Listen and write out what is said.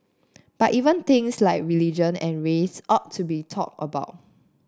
but even things like religion and race ought to be talked about